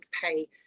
pay